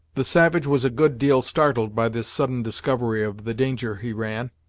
the savage was a good deal startled by this sudden discovery of the danger he ran.